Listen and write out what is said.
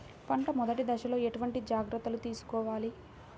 పంట మెదటి దశలో ఎటువంటి జాగ్రత్తలు తీసుకోవాలి?